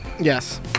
Yes